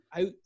out